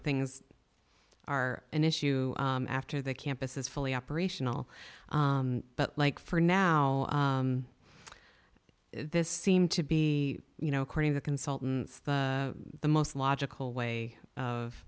things are an issue after the campus is fully operational but like for now this seemed to be you know according to consultants the the most logical way of